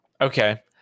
Okay